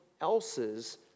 else's